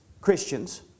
Christians